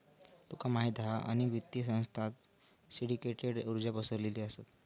तुका माहित हा अनेक वित्तीय संस्थांत सिंडीकेटेड कर्जा पसरलेली असत